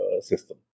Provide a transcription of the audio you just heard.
system